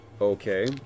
Okay